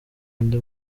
undi